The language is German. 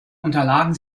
unterlagen